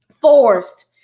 forced